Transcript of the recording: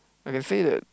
I can say that